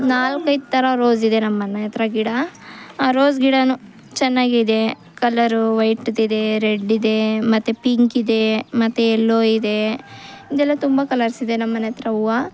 ನಾಲ್ಕೈದು ಥರ ರೋಸಿದೆ ನಮ್ಮನೆ ಹತ್ರ ಗಿಡ ಆ ರೋಸ್ ಗಿಡನೂ ಚೆನ್ನಾಗಿದೆ ಕಲ್ಲರು ವೈಟ್ದಿದೆ ರೆಡ್ಡಿದೆ ಮತ್ತೆ ಪಿಂಕಿದೆ ಮತ್ತೆ ಯೆಲ್ಲೋ ಇದೆ ಇದೆಲ್ಲ ತುಂಬ ಕಲರ್ಸಿದೆ ನಮ್ಮನೆ ಹತ್ರ ಹೂವು